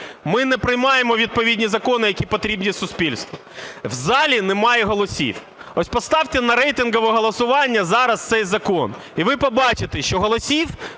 Ми не приймаємо відповідні закони, які потрібні суспільству, в залі немає голосів. Ось поставте на рейтингове голосування зараз цей закон і ви побачите, що голосів